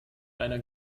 einer